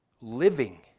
living